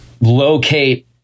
locate